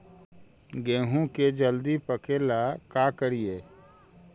गेहूं के जल्दी पके ल का करियै?